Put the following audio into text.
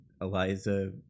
eliza